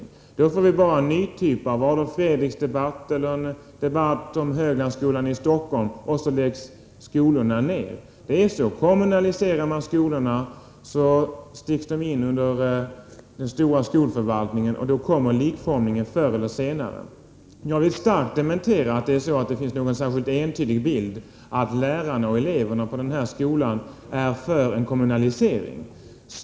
Gör man det får man bara en ny debatt liknande dem om Adolf Fredrik eller Höglandsskolan i Stockholm — och sedan läggs skolorna ned. Kommunaliserar man skolorna hamnar de under den kommunala skolförvaltningen — och då kommer likformigheten förr eller senare. Jag vill starkt dementera att lärarna och eleverna på dessa skolor enhälligt är för en kommunalisering.